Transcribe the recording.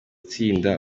tsinda